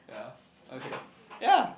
yeah okay yeah